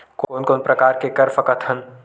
कोन कोन प्रकार के कर सकथ हन?